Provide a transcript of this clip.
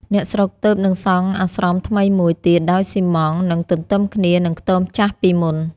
អ្នកស្រុកទើបនឹងសង់អាស្រមថ្មីមួយ ទៀតដោយស៊ីម៉ងត៍ នៅទន្ទឹមគ្នានឹងខ្ទមចាស់ពីមុន ។